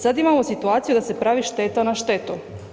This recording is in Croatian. Sada imamo situaciju da se pravi šteta na štetu.